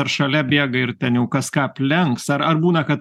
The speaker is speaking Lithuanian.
ar šalia bėga ir ten jau kas ką aplenks ar ar būna kad